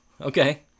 okay